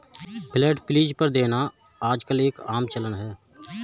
flat lease पर देना आजकल एक आम चलन है